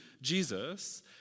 Jesus